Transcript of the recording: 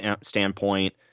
standpoint